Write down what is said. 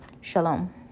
Shalom